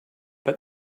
but